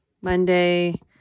Monday